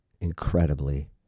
incredibly